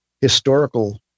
historical